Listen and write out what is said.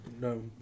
No